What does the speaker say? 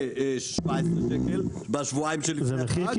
הוא אומר לה: "בסדר, אין בעיה.